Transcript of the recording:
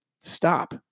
stop